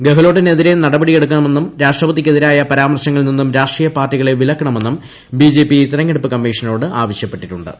ഗെഹ്ലോട്ടിനെതിരെ നടപടിയെടുക്കണമെന്നും രാഷ്ട്രപതിക്കെതിരായ പരാമർശങ്ങളിൽ നിന്നും രാഷ്ട്രീയ പാർട്ടികളെ വിലക്കണമെന്നും ബി ജെ പി തെരഞ്ഞെടുപ്പ് കമ്മിഷനോട് ആവശ്യപ്പെട്ടിട്ടു ്്